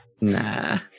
Nah